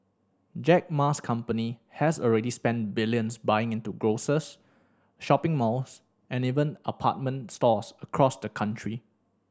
Jack Ma's company has already spent billions buying into grocers shopping malls and even apartment stores across the country